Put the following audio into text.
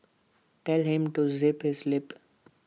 tell him to zip his lip